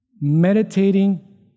meditating